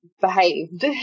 behaved